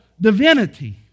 divinity